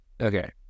Okay